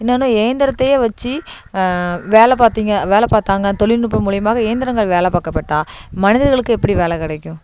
இன்னும் ஒன்னு ஏந்திரத்தையே வச்சி வேல பாத்திங்க வேல பாத்தாங்க தொழில்நுட்பம் மூலயமாக எந்திரங்கள் வேலை பார்க்கப்பட்டா மனிதர்களுக்கு எப்படி வேலை கிடைக்கும்